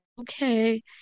okay